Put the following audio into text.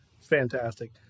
Fantastic